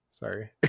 Sorry